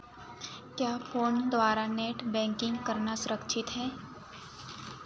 क्या फ़ोन द्वारा net banking करना सुरक्षित है